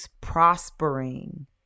prospering